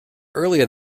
earlier